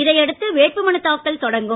இதை அடுத்து வேட்புமனு தாக்கல் தொடங்கும்